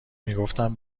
میگفتند